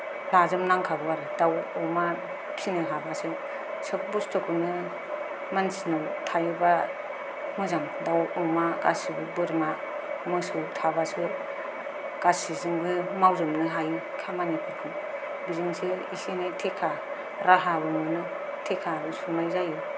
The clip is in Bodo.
लाजोबनांखागौ आरो दाउ अमा फिसिनो हाबासो सोब बस्तुखौनो मानसिनाव थायोबा मोजां दाउ अमा गासैबो बोरमा मोसौ थाबासो गासैजोंबो मावजोबनो हायो खामानिफोरखौ बेजोंसो इसे एनै थेखा राहाबो मोनो थेखाबो संनाय जायो